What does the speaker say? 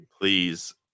please